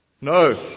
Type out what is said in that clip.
No